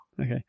okay